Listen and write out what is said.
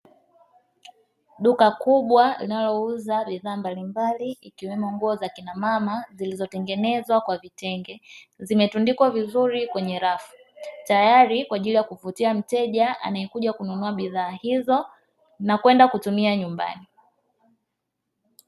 Duka kubwa linalouza bidhaa mbalimbali ikiwemo nguo za kina mama zilizotengenezwa kwa vitenge, zimetundikwa vizuri kwenye rafu tayari kwa ajili ya kuvutia mteja anayekuja kununua bidhaa hizo na kwenda kutumia nyumbani.